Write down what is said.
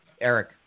Eric